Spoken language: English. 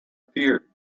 appeared